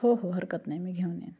हो हो हरकत नाही मी घेऊन येईन